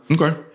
Okay